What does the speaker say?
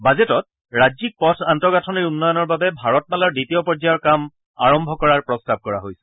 বাজেটত ৰাজ্যিক পথ আন্তঃগাঁথনিৰ উন্নয়নৰ বাবে ভাৰতমালাৰ দ্বিতীয় পৰ্যায়ৰ কাম আৰম্ভ কৰাৰ প্ৰস্তাৱ কৰা হৈছে